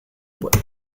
bois